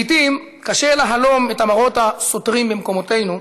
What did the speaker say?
לעתים, קשה להלום את המראות הסותרים במקומותינו,